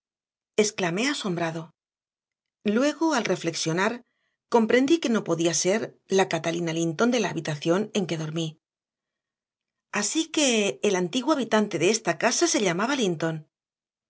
exclamé asombrado luego al reflexionar comprendí que no podía ser la catalina linton de la habitación en que dormí así que el antiguo habitante de esta casa se llamaba linton